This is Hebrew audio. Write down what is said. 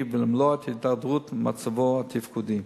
ולמנוע את ההידרדרות במצבו התפקודי.